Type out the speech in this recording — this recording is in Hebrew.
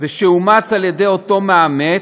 שאומץ על-ידי אותו מאמץ,